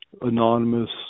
anonymous